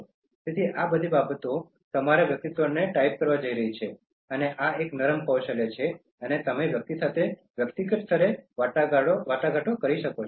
તેથી આ બધી બાબતો તમારા વ્યક્તિત્વને છાપવા જઈ રહી છે અને આ એક નરમ કૌશલ્ય છે કે જ્યારે તમે વ્યક્તિ સાથે વ્યક્તિગત સ્તરે વાટાઘાટો કરી શકો છો